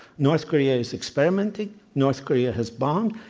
north korea is experimenting, north korea has bombed.